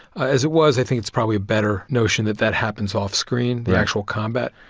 as it was, i think it's probably a better notion that that happens offscreen. the actual combat.